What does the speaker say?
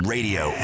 Radio